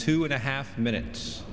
two and a half minutes